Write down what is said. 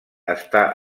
està